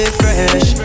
fresh